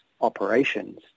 operations